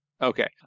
Okay